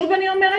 שוב אני אומרת,